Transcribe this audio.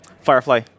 Firefly